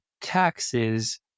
taxes